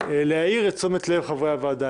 להעיר את תשומת לב חברי הוועדה.